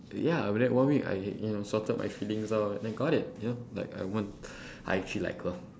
uh ya like with that one week I y~ you know I sorted my feelings out and I got it you know like I want I actually like her